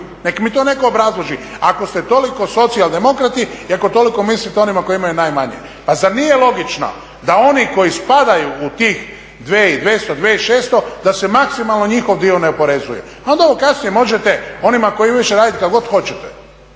Neka mi to netko obrazloži, ako ste toliko socijal-demokrati i ako toliko mislite o onima koji imaju najmanje. Pa zar nije logično da oni koji spadaju u tih 2200, 2600, da se maksimalno njihov dio ne oporezuje, a onda kasnije možete onima koji … kako god hoćete.